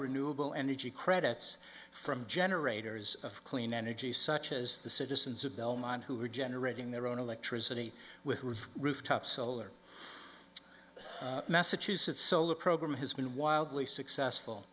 renewable energy credits from generators of clean energy such as the citizens of belmont who are generating their own electricity with rooftop solar massachusetts solar program has been wildly successful